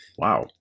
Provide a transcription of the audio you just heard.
Wow